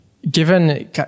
given